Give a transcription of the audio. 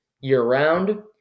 year-round